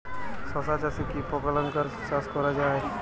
শশা চাষে কি স্প্রিঙ্কলার জলসেচ করা যায়?